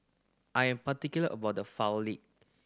I am particular about the